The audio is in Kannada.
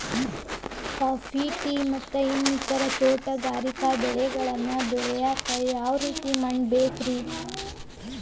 ಕಾಫಿ, ಟೇ, ಮತ್ತ ಇನ್ನಿತರ ತೋಟಗಾರಿಕಾ ಬೆಳೆಗಳನ್ನ ಬೆಳೆಯಾಕ ಯಾವ ರೇತಿ ಮಣ್ಣ ಭಾಳ ಅನುಕೂಲ ಆಕ್ತದ್ರಿ?